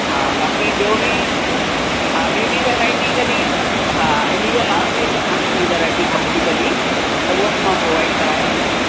हा बाक़ी ॿियो बि हा ॿीं बि वैराइटी कॾहिं हा हिनजे अलावा बि अगरि तव्हांखे कोई वैराइटी खपंदी कॾहिं त उहो बि मां प्रोवाइड कराए ॾींदसि